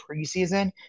preseason